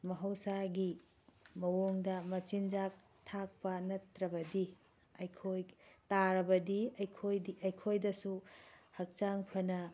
ꯃꯍꯧꯁꯥꯒꯤ ꯃꯑꯣꯡꯗ ꯃꯆꯤꯟꯖꯥꯛ ꯊꯥꯛꯄ ꯅꯠꯇ꯭ꯔꯕꯗꯤ ꯑꯩꯈꯣꯏ ꯇꯥꯔꯕꯗꯤ ꯑꯩꯈꯣꯏꯗꯁꯨ ꯍꯛꯆꯥꯡ ꯐꯅ